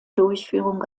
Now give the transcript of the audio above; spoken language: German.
durchführung